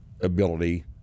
ability